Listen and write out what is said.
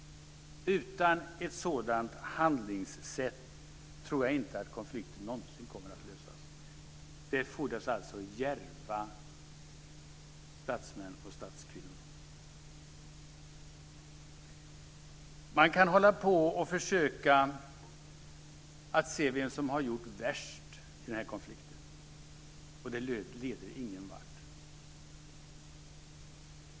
Utan ett sådant handlingssätt tror jag inte att konflikten någonsin kommer att lösas. Det fordras alltså djärva statsmän och statskvinnor. Man kan hålla på och försöka att se vem som har gjort värst i den här konflikten, men det leder ingen vart.